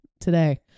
today